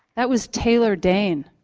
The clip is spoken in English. that was taylor dayne